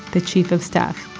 the chief of staff,